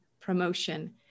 promotion